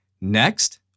Next